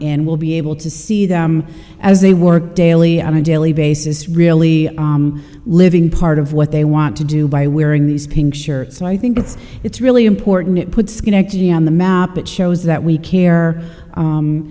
and will be able to see them as they work daily on a daily basis really living part of what they want to do by wearing these pink shirts so i think it's it's really important to put schenectady on the map it shows that we care